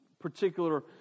particular